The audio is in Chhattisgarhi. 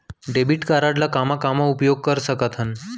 डेबिट कारड ला कामा कामा उपयोग कर सकथन?